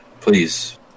Please